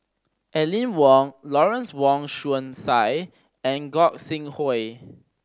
Aline Wong Lawrence Wong Shyun Tsai and Gog Sing Hooi